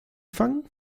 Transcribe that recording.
fangen